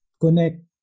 connect